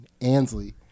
ansley